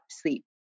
sleep